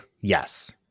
Yes